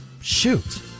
shoot